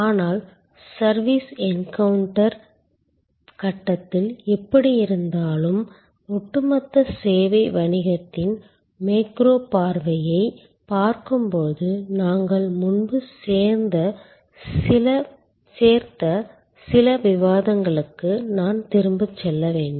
ஆனால் service encounter கட்டத்தில் எப்படியிருந்தாலும் ஒட்டுமொத்த சேவை வணிகத்தின் மேக்ரோ பார்வையைப் பார்க்கும்போது நாங்கள் முன்பு சேர்த்த சில விவாதங்களுக்கு நான் திரும்பிச் செல்ல வேண்டும்